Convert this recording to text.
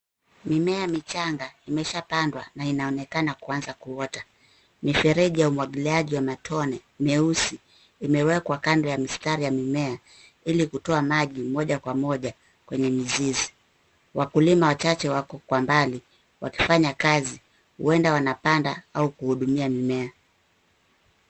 Mimea michanga imeshapandwa na inaonekana kuanza kuota. Mifereji ya umwagiliaji wa matone meusi imewekwa kando ya mistari ya mimea ili kutoa maji moja kwa moja kwenye mizizi. Wakulima wachache wako kwa mbali wakifanya kazi, huenda wanapanda au kuhudumia mimea.